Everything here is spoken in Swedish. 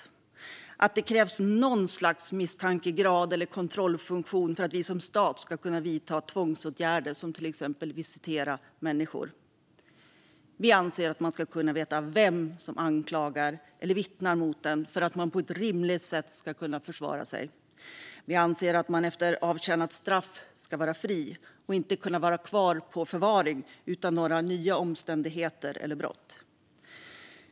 Det är att det krävs något slags misstankegrad eller kontrollfunktion för att vi som stat ska kunna vidta tvångsåtgärder som till exempel att visitera människor. Vi anser att man måste veta vem som anklagar eller vittnar mot en för att man på ett rimligt sätt ska kunna försvara sig. Vi anser att man efter avtjänat straff ska vara fri och inte kunna vara kvar i förvaring utan några nya omständigheter eller brott.